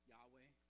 Yahweh